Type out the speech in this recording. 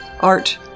art